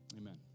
Amen